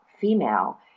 female